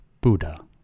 Buddha